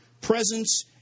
presence